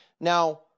Now